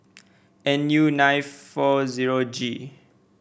N U nine V zero G